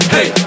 Hey